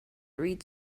read